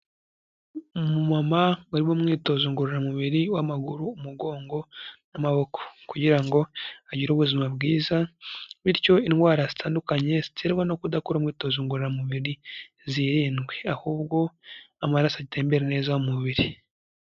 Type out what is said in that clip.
Umumama uri mu mwitozo ngororamubiri w'amaguru, umugongo n'amaboko, kugira ngo agire ubuzima bwiza bityo indwara zitandukanye ziterwa no kudakora umwiyitozo ngororamubiri zirindwe, ahubwo amaraso atembera neza mu mubiri.